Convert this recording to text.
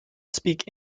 speak